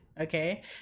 okay